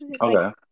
Okay